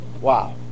Wow